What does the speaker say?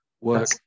work